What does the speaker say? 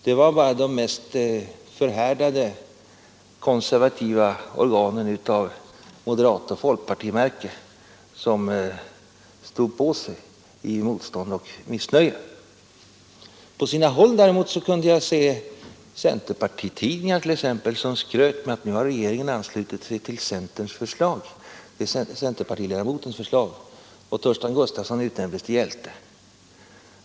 Det var bara de mest förhärdade konservativa organen av moderatoch folkpartimärke som stod på sig i motstånd och missnöje. På en del håll i landet fanns centerpartitidningar som skröt med att nu har regeringen anslutit sig till centerpartiledamotens förslag, och Torsten Gustafsson utnämndes till hjälte.